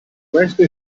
questo